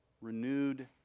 renewed